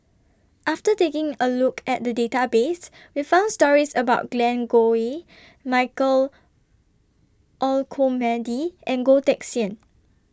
after taking A Look At The Database We found stories about Glen Goei Michael Olcomendy and Goh Teck Sian